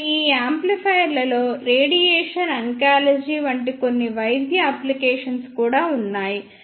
మరియు ఈ యాంప్లిఫైయర్లలో రేడియేషన్ ఆంకాలజీ వంటి కొన్ని వైద్య అప్లికేషన్స్ కూడా ఉన్నాయి